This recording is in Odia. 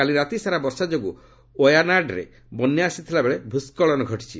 କାଲିରାତିସାରା ବର୍ଷା ଯୋଗୁଁ ୱାୟାନାଡ୍ରେ ବନ୍ୟା ଆସିଥିବା ବେଳେ ଭୂସ୍କଳନ ଘଟିଛି